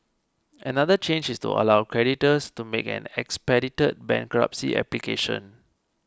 another change is to allow creditors to make an expedited bankruptcy application